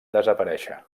desaparèixer